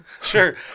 Sure